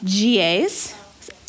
GAs